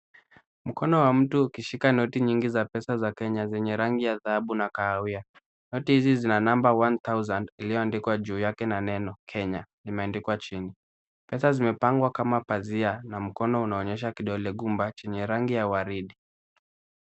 Mkono wa mtu ukishika noti nyingi za pesa za Kenya, zenye rangi ya dhahabu na kahawia. Noti hizi zina namba 1000 iliyoandikwa juu yake na neno Kenya limeandikwa chini. Pesa zimepangwa kama pazia na mkono unaonyesha kidole gumba chenye rangi ya waridi.